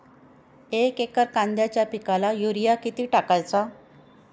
एक एकर कांद्याच्या पिकाला युरिया किती टाकायचा?